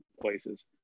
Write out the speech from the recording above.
places